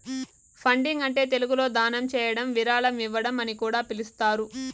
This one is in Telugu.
ఫండింగ్ అంటే తెలుగులో దానం చేయడం విరాళం ఇవ్వడం అని కూడా పిలుస్తారు